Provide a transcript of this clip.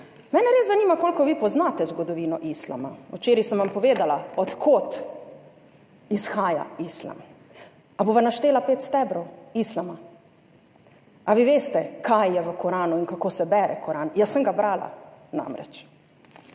mene res zanima koliko vi poznate zgodovino islama? Včeraj sem vam povedala od kod izhaja islam. Ali bova naštela pet stebrov islama? Ali vi veste kaj je v Koranu in kako se bere Koran? Jaz sem ga brala, namreč.